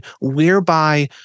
whereby